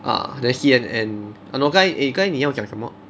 ah then C_N_N !hannor! 刚才 eh 刚才你要讲什么